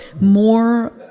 more